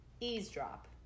Eavesdrop